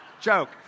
joke